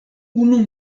unu